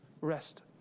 rest